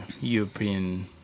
European